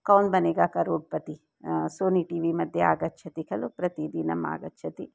Kaun Banega Crorepati Sony T V मध्ये आगच्छति खलु प्रतिदिनम् आगच्छति